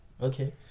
Okay